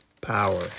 power